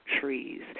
trees